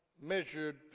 measured